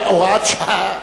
הוראת שעה?